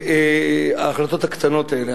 ההחלטות הקטנות האלה,